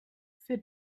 für